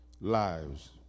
lives